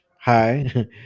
hi